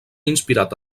inspirat